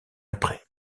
après